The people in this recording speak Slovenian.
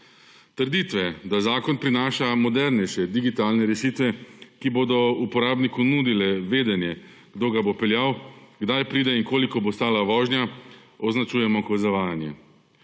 Trditve, da zakon prinaša modernejše digitalne rešitve, ki bodo uporabniku nudile vedenje, kdo ga bo peljal, kdaj pride in koliko bo stala vožnja, označujemo kot zavajanje.